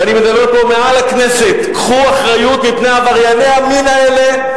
ואני מדבר פה מעל במת הכנסת: קחו אחריות מפני עברייני המין האלה,